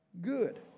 good